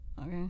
Okay